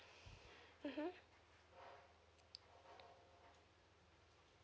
mmhmm